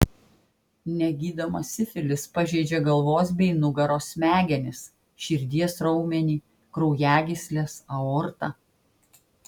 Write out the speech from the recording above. negydomas sifilis pažeidžia galvos bei nugaros smegenis širdies raumenį kraujagysles aortą